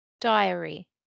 diary